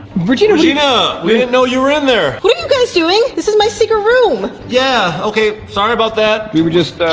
regina, we didn't know you were in there. what are you guys doing? this is my secret room. yeah okay, sorry about that. we were just